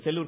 Sellur